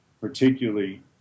particularly